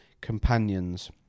Companions